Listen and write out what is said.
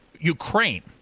Ukraine